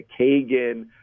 Kagan